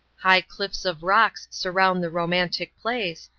high cliffs of rocks surround the romantic place,